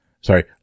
sorry